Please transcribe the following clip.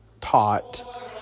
taught